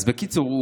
אז בקיצור,